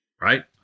right